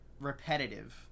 repetitive